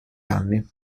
anni